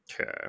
Okay